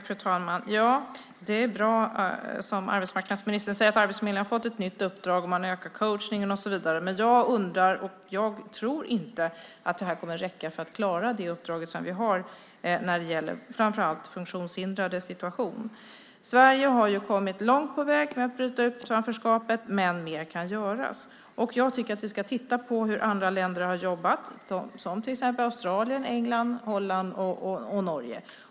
Fru talman! Det är bra som arbetsmarknadsministern säger att Arbetsförmedlingen har fått ett nytt uppdrag och att man ökar coachningen. Jag tror inte att det kommer att räcka för att klara det uppdrag vi har när det gäller framför allt de funktionshindrades situation. Sverige har kommit långt på vägen mot att bryta utanförskapet, men mer kan göras. Jag tycker att vi ska titta på hur andra länder har jobbat som till exempel Australien, England, Holland och Norge.